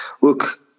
Look